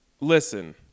Listen